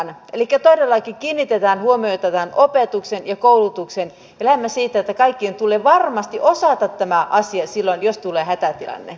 elikkä todellakin kiinnitetään huomiota tähän opetukseen ja koulutukseen ja lähdemme siitä että kaikkien tulee varmasti osata tämä asia silloin jos tulee hätätilanne